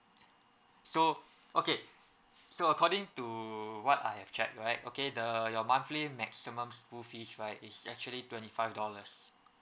so okay so according to what I have checked right okay the your monthly maximum school fees right is actually twenty five dollars